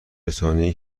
رسانهای